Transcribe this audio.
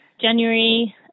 January